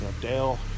Dale